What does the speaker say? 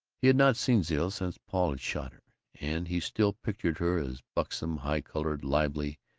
he had not seen zilla since paul had shot her, and he still pictured her as buxom, high-colored, lively,